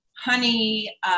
honey